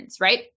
right